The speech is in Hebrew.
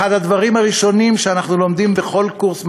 אחד הדברים הראשונים שאנחנו לומדים בכל קורס מנהיגות,